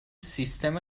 سیستم